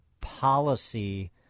policy